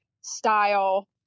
style